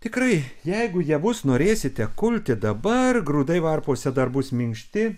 tikrai jeigu javus norėsite kulti dabar grūdai varpose dar bus minkšti